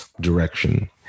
direction